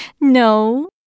No